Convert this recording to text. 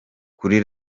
kuri